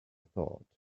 thought